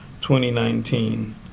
2019